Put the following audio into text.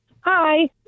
Hi